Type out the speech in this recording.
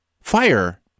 fire